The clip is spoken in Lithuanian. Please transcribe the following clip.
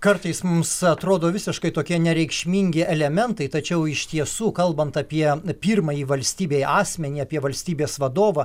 kartais mums atrodo visiškai tokie nereikšmingi elementai tačiau iš tiesų kalbant apie pirmąjį valstybėj asmenį apie valstybės vadovą